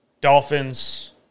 Dolphins